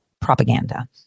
propaganda